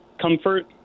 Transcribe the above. comfort